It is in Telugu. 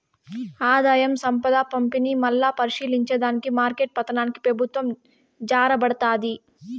ఆదాయం, సంపద పంపిణీ, మల్లా పరిశీలించే దానికి మార్కెట్ల పతనానికి పెబుత్వం జారబడతాది